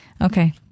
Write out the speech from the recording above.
Okay